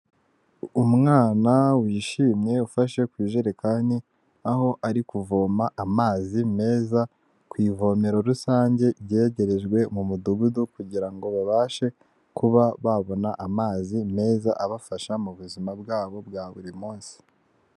Umwana wishimye ufashe ku ijerekani aho ari kuvoma amazi meza ku ivomero rusange ryegerejwe mu mudugudu kugira ngo babashe kuba babona amazi meza abafasha mu buzima bwabo bwa buri munsi.